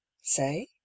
say